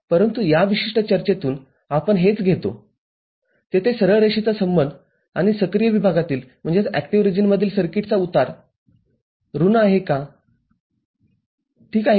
परंतुया विशिष्ट चर्चेतून आपण हेच घेतो तेथे सरळ रेषेचा संबंध आणि सक्रिय विभागातील सर्किटचा उतारऋणआहे का ठीक आहे